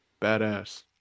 Badass